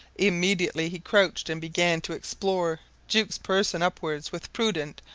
immediately he crouched and began to explore jukes person upwards with prudent,